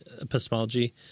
epistemology